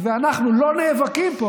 ואנחנו לא נאבקים פה